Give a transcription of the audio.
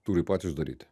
turi patys daryti